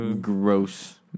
gross